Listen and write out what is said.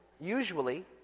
usually